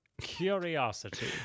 Curiosity